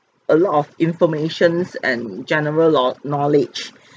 a lot of informations and general or knowledge